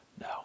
No